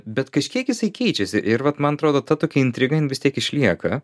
bet kažkiek jisai keičiasi ir vat man atrodo ta tokia intriga vis tiek išlieka